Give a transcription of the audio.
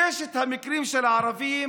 ששת המקרים של הערבים